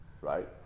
right